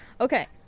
Okay